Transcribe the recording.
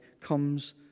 comes